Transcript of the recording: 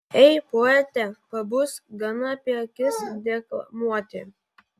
ei poete pabusk gana apie akis deklamuoti